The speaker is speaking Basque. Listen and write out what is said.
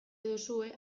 duzue